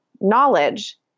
knowledge